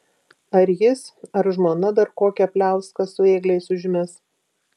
ar jis ar žmona dar kokią pliauską su ėgliais užmes